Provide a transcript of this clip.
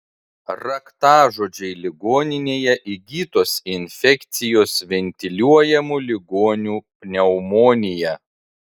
raktažodžiai ligoninėje įgytos infekcijos ventiliuojamų ligonių pneumonija